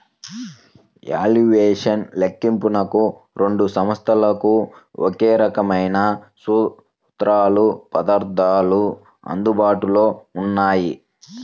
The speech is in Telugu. వాల్యుయేషన్ లెక్కింపునకు రెండు సంస్థలకు ఒకే రకమైన సూత్రాలు, పద్ధతులు అందుబాటులో ఉన్నాయి